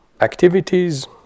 activities